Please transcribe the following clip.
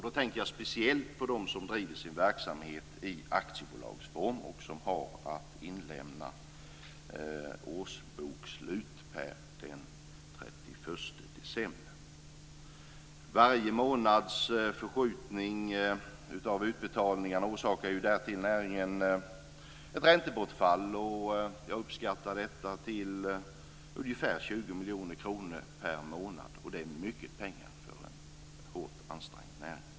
Då tänker jag speciellt på dem som driver sin verksamhet i aktiebolagsform och som har att inlämna årsbokslut per den 31 december. Varje månads förskjutning av utbetalningarna orsakar därtill näringen ett räntebortfall. Jag uppskattar detta till ungefär 20 miljoner kronor per månad. Det är mycket pengar för en hårt ansträngd näring.